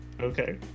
Okay